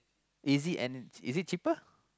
easy and is it cheaper